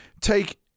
take